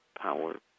power